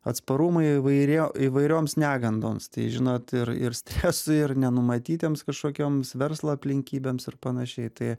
atsparumą įvairio įvairioms negandoms tai žinot ir ir stresui ir nenumatytiems kažkokioms verslo aplinkybėms ir panašiai tai